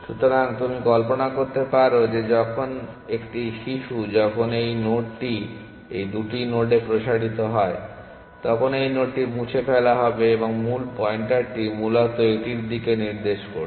সুতরাং তুমি কল্পনা করতে পারো যে যখন একটি শিশু যখন এই নোডটি এই 2টি নোডে প্রসারিত হয় তখন এই নোডটি মুছে ফেলা হবে এবং মূল পয়েন্টারটি মূলত এটির দিকে নির্দেশ করবে